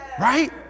Right